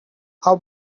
how